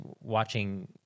watching